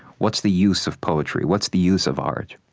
what's the use of poetry? what's the use of art?